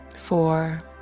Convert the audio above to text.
Four